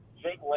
Jake